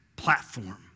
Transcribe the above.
platform